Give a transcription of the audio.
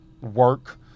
work